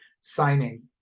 signing